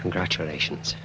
congratulations